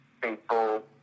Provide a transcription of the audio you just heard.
People